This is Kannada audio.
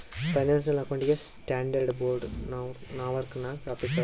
financial accounting standard board Norwalk ನಾಗ್ ಆಫೀಸ್ ಅದಾ